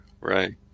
Right